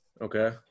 Okay